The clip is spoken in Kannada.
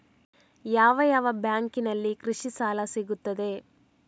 ಯಾವ ಯಾವ ಬ್ಯಾಂಕಿನಲ್ಲಿ ಕೃಷಿ ಸಾಲ ಸಿಗುತ್ತದೆ?